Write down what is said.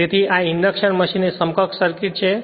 તેથી આ induction machine ની સમકક્ષ સર્કિટ છે